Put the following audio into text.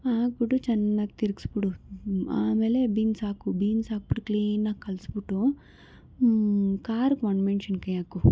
ಹಾಕ್ಬಿಟ್ಟು ಚೆನ್ನಾಗಿ ತಿರುಗಿಸ್ಬಿಡು ಆಮೇಲೆ ಬೀನ್ಸ್ ಹಾಕು ಬೀನ್ಸ್ ಹಾಕ್ಬಿಟ್ಟು ಕ್ಲೀನಾಗಿ ಕಲಿಸ್ಬಿಟ್ಟು ಖಾರಕ್ಕೆ ಒಣಮೆಣ್ಸಿನ್ಕಾಯಿ ಹಾಕು